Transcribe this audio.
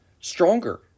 stronger